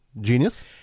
Genius